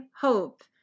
hope